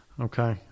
Okay